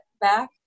back